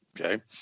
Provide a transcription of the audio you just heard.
Okay